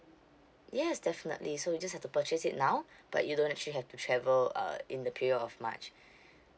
yes definitely so you just have to purchase it now but you don't actually have to travel uh in the period of march